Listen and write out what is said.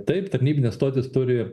taip tarnybinės stotys turi